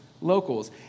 locals